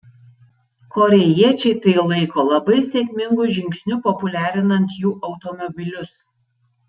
korėjiečiai tai laiko labai sėkmingu žingsniu populiarinant jų automobilius